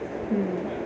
mm